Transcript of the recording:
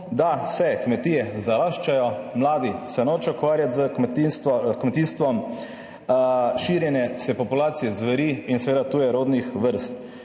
da se kmetije zaraščajo, mladi se nočejo ukvarjati s kmetijstvom, širjenje vse populacije zveri in seveda tujerodnih vrst.